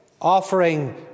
offering